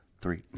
three